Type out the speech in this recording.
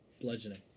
Bludgeoning